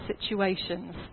situations